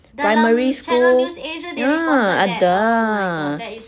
primary school ya ada